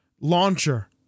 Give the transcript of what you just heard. launcher